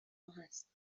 هست